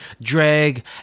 drag